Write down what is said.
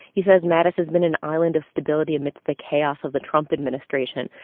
he says, mattis has been an island of stability amidst the chaos of the trump administration.